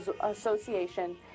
Association